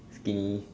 skinny